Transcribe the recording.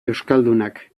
euskaldunak